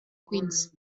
queens